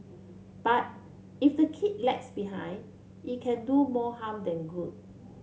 but if the kid lags behind it can do more harm than good